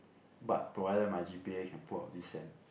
but provided my g_p_a can pull up this sem